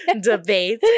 debate